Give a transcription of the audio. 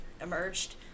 emerged